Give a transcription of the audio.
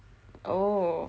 oh